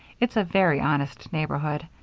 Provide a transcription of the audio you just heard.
it's a very honest neighborhood.